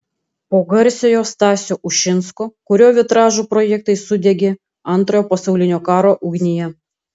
po garsiojo stasio ušinsko kurio vitražų projektai sudegė antrojo pasaulinio karo ugnyje